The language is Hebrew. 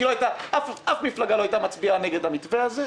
כי אף מפלגה לא הייתה מצביעה נגד המתווה הזה.